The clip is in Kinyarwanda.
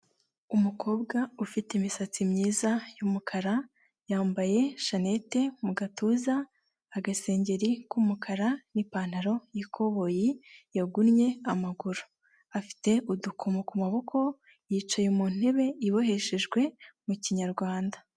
Umukobwa ufite imisatsi myiza y'umukara yambaye shenete mu gatuza agasengeri k'umukara n'ipantaro y'ikoboyi yagunnye amaguru. Afite udukomo ku maboko yicaye mu ntebe iboheshejwe mu Kinyarwanda.